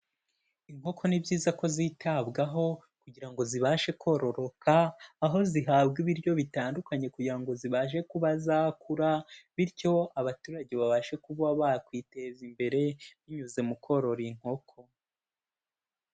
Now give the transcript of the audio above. Inkoko ni byiza ko zitabwaho kugira ngo zibashe kororoka, aho zihabwa ibiryo bitandukanye kugira ngo zibashe kuba zakura, bityo abaturage babashe kuba bakwiteza imbere binyuze mu korora inkoko.